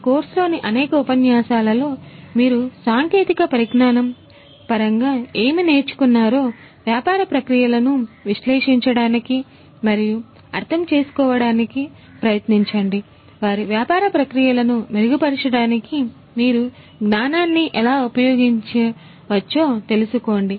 ఈ కోర్సులోని అనేక ఉపన్యాసాలలో మీరు సాంకేతిక పరిజ్ఞానం పరంగా ఏమి నేర్చుకున్నారోవ్యాపార ప్రక్రియలను విశ్లేషించడానికి మరియు అర్థం చేసుకోవడానికి ప్రయత్నించండి వారి వ్యాపార ప్రక్రియలను మెరుగుపరచడానికి మీరు జ్ఞానాన్ని ఎలా ఉపయోగించ వచ్చోతెలుసుకోండి